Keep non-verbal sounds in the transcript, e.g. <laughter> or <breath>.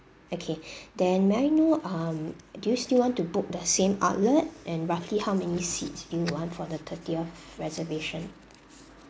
okay <breath> then may I know um do you still want to book the same outlet and roughly how many seats do you want for the thirtieth reservation